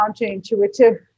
counterintuitive